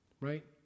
Right